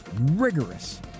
rigorous